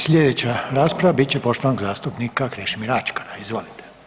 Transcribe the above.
Slijedeća rasprava bit će poštovanog zastupnika Krešimira Ačkara, izvolite.